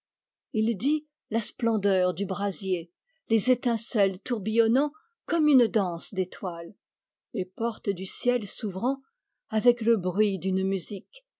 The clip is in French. il dit la splendeur du brasier les étincelles tourbillonnant comme une danse d'étoiles d les portes du ciel s'ouvrant avec le bruit d'une musique